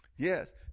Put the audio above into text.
Yes